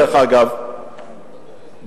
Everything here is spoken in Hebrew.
דרך אגב,